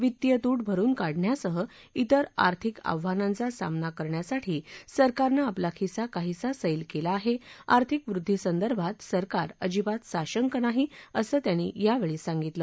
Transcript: वित्तीय तूट भरुन काढण्यासह त्रेर आर्थिक आव्हानांचा सामना करण्यासाठी सरकारनं आपला खिसा काहीसा सैल केला आहे आर्थिक वृद्दीसंदर्भात सरकार अजिबात साशंक नाही असं त्यांनी यावेळी सांगितलं